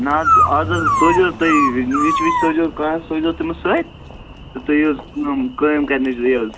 نہ حظ آز حظ سوٗزِو حظ تُہۍ نِچ وِچ سوٗزِو کانٛہہ سوٗزِو تمِس سۭتۍ تہٕ تُہۍ یِیِو حظ کٲم کٲم کَرنہِ